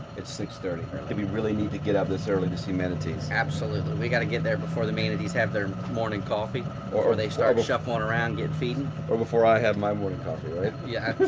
it's six thirty. if you really need to get up this early to humanities absolutely we got to get there before the main' of these have their morning coffee or they start shuffling around get feeding or before i have my morning coffee yeah,